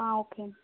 okay అండి